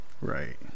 Right